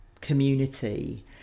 community